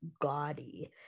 gaudy